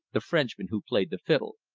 the frenchman who played the fiddle.